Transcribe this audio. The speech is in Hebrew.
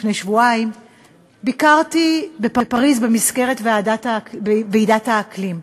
לפני שבועיים ביקרתי בפריז במסגרת ועידת האקלים.